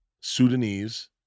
sudanese